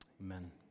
amen